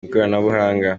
ikoranabuhanga